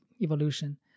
evolution